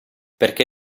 perché